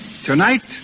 Tonight